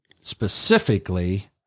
specifically